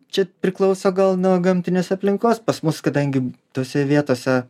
čia priklauso gal nuo gamtinės aplinkos pas mus kadangi tose vietose